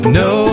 no